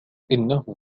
إنه